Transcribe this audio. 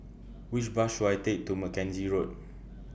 Which Bus should I Take to Mackenzie Road